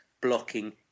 blocking